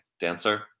dancer